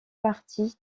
partie